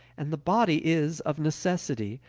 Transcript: and the body is, of necessity,